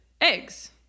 eggs